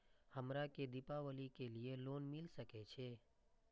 हमरा के दीपावली के लीऐ लोन मिल सके छे?